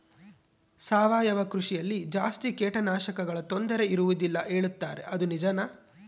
ಸಾವಯವ ಕೃಷಿಯಲ್ಲಿ ಜಾಸ್ತಿ ಕೇಟನಾಶಕಗಳ ತೊಂದರೆ ಇರುವದಿಲ್ಲ ಹೇಳುತ್ತಾರೆ ಅದು ನಿಜಾನಾ?